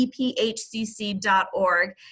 ephcc.org